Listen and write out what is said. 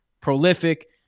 prolific